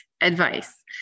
advice